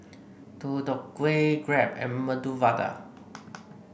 Deodeok Gui Crepe and Medu Vada